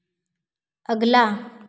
अगला